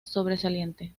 sobresaliente